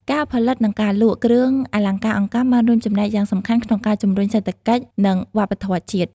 ការផលិត និងការលក់ គ្រឿងអលង្ការអង្កាំ បានរួមចំណែកយ៉ាងសំខាន់ក្នុងការជំរុញសេដ្ឋកិច្ច និងវប្បធម៌ជាតិ។